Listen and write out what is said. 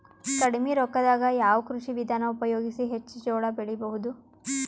ಕಡಿಮಿ ರೊಕ್ಕದಾಗ ಯಾವ ಕೃಷಿ ವಿಧಾನ ಉಪಯೋಗಿಸಿ ಹೆಚ್ಚ ಜೋಳ ಬೆಳಿ ಬಹುದ?